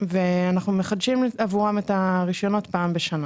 ואנחנו מחדשים עבורם את הרישיונות פעם בשנה.